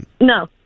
No